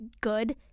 good